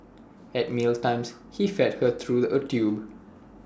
at meal times he fed her through A tube